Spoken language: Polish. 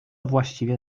właściwie